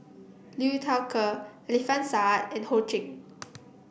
Liu Thai Ker Alfian Sa'at and Ho Ching